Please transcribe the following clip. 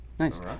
Nice